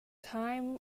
time